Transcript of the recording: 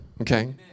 Okay